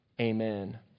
Amen